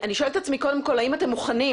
אני שואלת את עצמי קודם כל האם אתם מוכנים